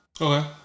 Okay